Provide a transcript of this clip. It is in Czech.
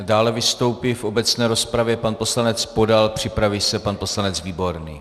Dále vystoupí v obecné rozpravě pan poslanec Podal, připraví se pan poslanec Výborný.